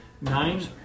nine